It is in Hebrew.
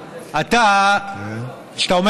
ובתוך האנשים אני מבין בעיקר בגמלאים.